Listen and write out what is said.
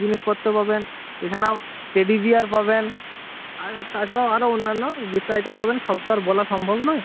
জিনিসপত্র পাবেন এছাড়াও টেডি বিয়ার পাবেন আর তাছাড়াও আরও অন্যান্য গিফট আইটেম পাবেন সব তো আর বলা সম্ভব নয়